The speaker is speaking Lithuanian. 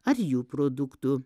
ar jų produktų